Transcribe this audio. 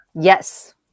Yes